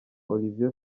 olivier